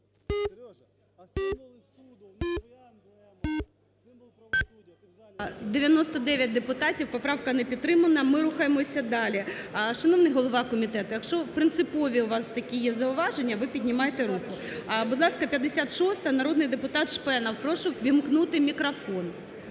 За-99 Поправка не підтримана. Ми рухаємося далі. Шановний голово комітету якщо принципові у вас такі є зауваження, ви піднімайте руку. Будь ласка, 56-а, народний депутат Шпенов. Прошу увімкнути мікрофон.